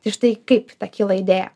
tai štai kaip kyla idėja